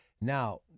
Now